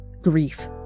grief